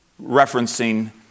Referencing